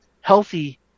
healthy